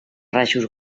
rajos